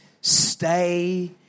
stay